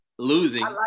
Losing